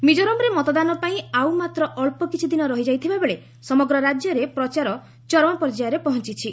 ମିକୋରାମ୍ରେ ମତଦାନ ପାଇଁ ଆଉ ମାତ୍ର ଅକ୍ଷ କିଛି ଦିନ ରହିଯାଇଥିବାବେଳେ ସମଗ୍ର ରାଜ୍ୟରେ ପ୍ରଚାର ଚ ଚରମ ପର୍ଯ୍ୟାୟରେ ପହଞ୍ଚିଛି